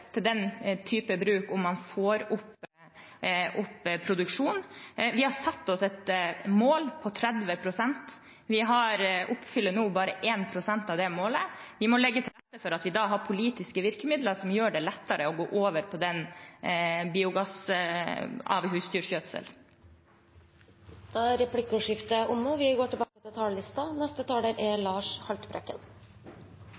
til den typen bruk om man får opp produksjonen. Vi har satt oss et mål på 30 pst., men vi oppfyller nå bare 1 pst. av det målet. Vi må legge til rette for at vi har politiske virkemidler som gjør det lettere å gå over på biogass av husdyrgjødsel. Replikkordskiftet er omme. Vi